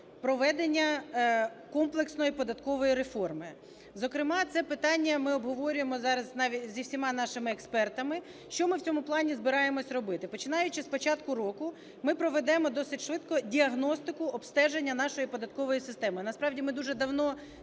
проведення комплексної податкової реформи. Зокрема, це питання ми обговорюємо зараз з усіма нашими експертами. Що ми в цьому плані збираємося робити? Починаючи з початку року, ми проведемо досить швидко діагностику обстеження нашої податкової системи. Насправді, ми дуже давно